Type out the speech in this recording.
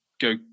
go